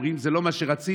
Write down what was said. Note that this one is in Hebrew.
שאומרים: זה לא מה שרציתי,